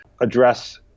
address